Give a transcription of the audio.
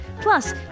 Plus